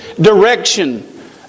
direction